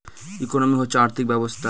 economy হচ্ছে আর্থিক ব্যবস্থা